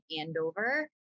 Andover